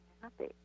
happy